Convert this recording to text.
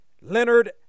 Leonard